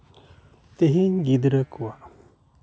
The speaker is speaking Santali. ᱛᱮᱦᱤᱧ ᱜᱤᱫᱽᱨᱟᱹ ᱠᱚᱣᱟᱜ